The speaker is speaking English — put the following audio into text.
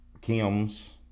Kim's